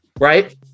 Right